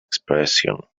expression